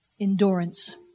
endurance